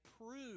prove